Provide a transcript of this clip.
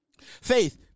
faith